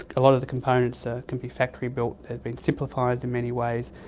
a lot of the components ah can be factory built, they've been simplified in many ways,